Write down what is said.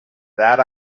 that